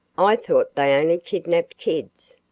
i thought they only kidnapped kids.